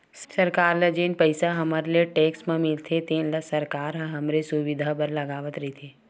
सरकार ल जेन पइसा हमर ले टेक्स म मिलथे तेन ल सरकार ह हमरे सुबिधा बर लगावत रइथे